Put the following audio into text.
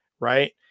right